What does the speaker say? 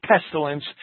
pestilence